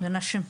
ונשים.